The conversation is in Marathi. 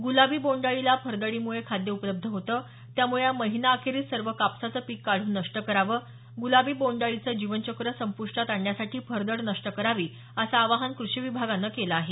गुलाबी बोंडअळीला फरदडीमुळे खाद्य उपलब्ध होतं त्यामुळे या महिना अखेरीस सर्व कापसाचं पीक काढून नष्ट करावं गुलाबी बोंडअळीचं जीवनचक्र संपुष्टात आणण्यासाठी फरदड नष्ट करावी असं आवाहन क्रषी विभागानं केलं आहे